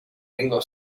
ringo